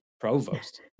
provost